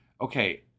okay